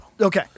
okay